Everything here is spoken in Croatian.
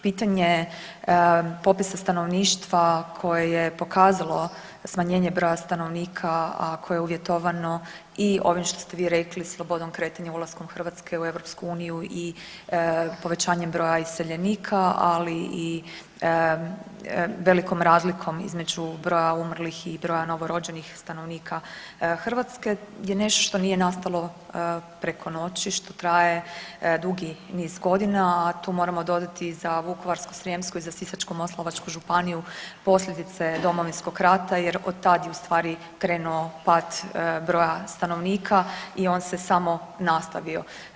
Pitanje popisa stanovništva koje je pokazalo smanjenje broja stanovnika, a koje je uvjetovano i ovim što ste vi rekli slobodom kretanja ulaskom Hrvatske u EU i povećanjem brojem iseljenika, ali i velikom razlikom između broja umrlih i broja novorođenih stanovnika Hrvatske je nešto nije nastalo preko noći, što traje dugi niz godina, a tu moramo dodati i za Vukovarsko-srijemsku i za Sisačko-moslavačku županiju posljedice Domovinskog rata jer od tad je ustvari krenuo pad broja stanovnika i on se samo nastavio.